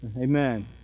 Amen